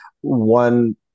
One